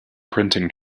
printing